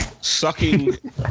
sucking